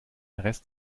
rest